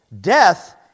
death